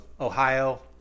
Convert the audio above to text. Ohio